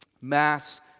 mass